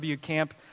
camp